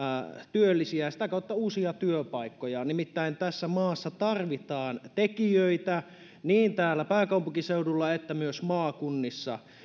työllisiä ja sitä kautta uusia työpaikkoja nimittäin tässä maassa tarvitaan tekijöitä niin täällä pääkaupunkiseudulla kuin myös maakunnissa